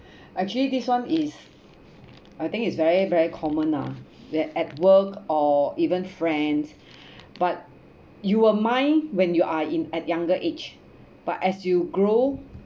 actually this one is I think is very very common lah at at work or even friends but you will mind when you are in at younger age but as you grow